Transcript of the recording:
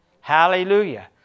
Hallelujah